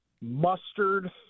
mustard